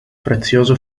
prezioso